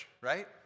right